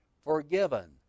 forgiven